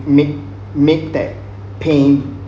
make make that pain